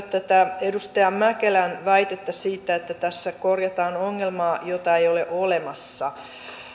tätä edustaja mäkelän väitettä siitä että tässä korjataan ongelmaa jota ei ole olemassa